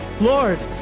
lord